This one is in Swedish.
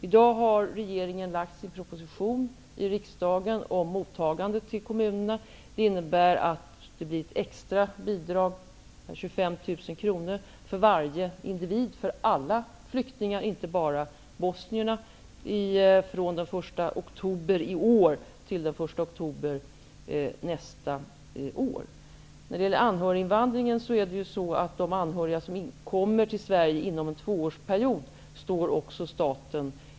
I dag har regeringen lagt fram sin proposition för riksdagen om mottagandet i kommunerna. Det innebär ett extra bidrag om 25 000 kronor för varje individ -- för alla flyktingar, inte bara för bosnierna -- från den 1 oktober i år fram till den 1 När det gäller anhöriginvandringen står staten för kostnaderna också för dem som kommer till Sverige inom en tvåårsperiod.